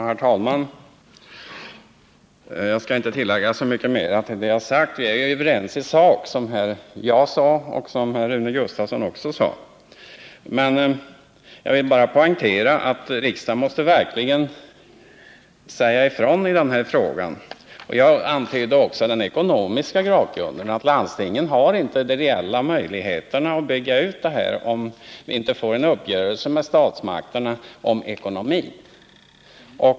Herr talman! Jag skall inte tillägga så mycket mer till det sagda. Vi är överens i sak, som jag sade och som också Rune Gustavsson sade. Jag vill bara poängtera att riksdagen verkligen måste säga ifrån i den här frågan. Jag antydde också den ekonomiska bakgrunden, att landstingen inte har reella möjligheter till en utbyggnad om det inte blir en uppgörelse med statsmakterna om ekonomin.